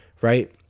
Right